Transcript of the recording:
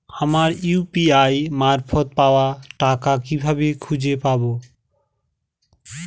আমার ইউ.পি.আই মারফত পাওয়া টাকা কিভাবে খুঁজে পাব?